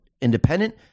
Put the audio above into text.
independent